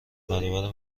برابر